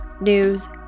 news